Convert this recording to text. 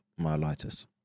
myelitis